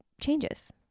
changes